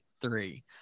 three